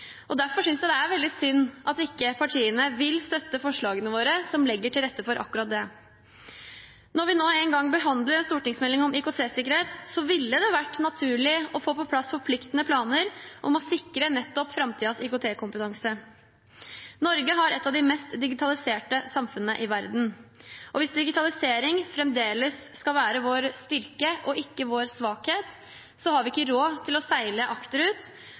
Norge. Derfor synes jeg det er veldig synd at ikke partiene vil støtte forslagene våre, som legger til rette for akkurat det. Når vi nå engang behandler en stortingsmelding om IKT-sikkerhet, ville det ha vært naturlig å få på plass forpliktende planer om å sikre nettopp framtidens IKT-kompetanse. Norge har et av de mest digitaliserte samfunnene i verden, og hvis digitalisering fremdeles skal være vår styrke og ikke vår svakhet, har vi ikke råd til å sakke akterut